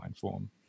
form